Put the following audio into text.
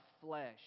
flesh